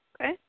Okay